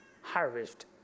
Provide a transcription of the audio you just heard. harvest